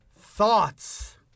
thoughts